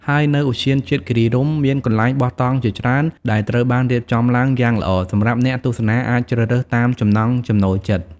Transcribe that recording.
ហើយនៅឧទ្យានជាតិគិរីរម្យ មានកន្លែងបោះតង់ជាច្រើនដែលត្រូវបានរៀបចំឡើងយ៉ាងល្អ សម្រាប់អ្នកទស្សនាអាចជ្រើសរើសតាមចំណង់ចំណូលចិត្ត។